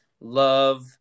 Love